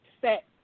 set